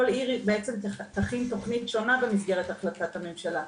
כל עיר בעצם תכין תוכנית שונה במסגרת החלטת הממשלה.